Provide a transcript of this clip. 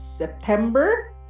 September